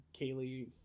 Kaylee